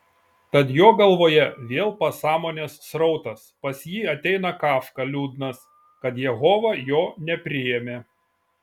tad jo galvoje vėl pasąmonės srautas pas jį ateina kafka liūdnas kad jehova jo nepriėmė